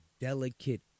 delicate